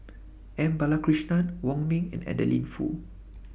M Balakrishnan Wong Ming and Adeline Foo